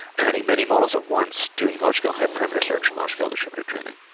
training many models at once, doing large-scale hyper parameter search and large-scale distributed training.